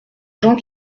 gens